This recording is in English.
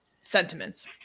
sentiments